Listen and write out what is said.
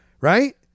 right